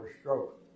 stroke